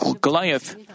Goliath